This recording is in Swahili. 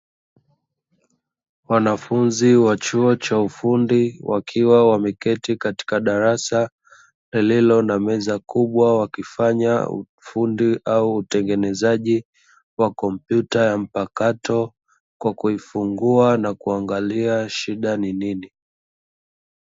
Wanafunzi wa chuo cha ufundi, wakiwa wameketi katika darasa lililo na meza kubwa wakifanya fundi au utengenezaji wa kompyuta ya mpakato kwa kuifungua na kuangalia shida ni nini.